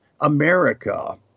America